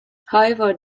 however